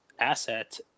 asset